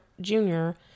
junior